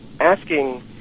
asking